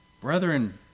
Brethren